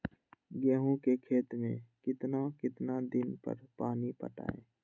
गेंहू के खेत मे कितना कितना दिन पर पानी पटाये?